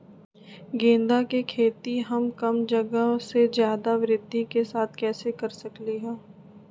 गेंदा के खेती हम कम जगह में ज्यादा वृद्धि के साथ कैसे कर सकली ह?